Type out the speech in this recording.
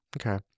okay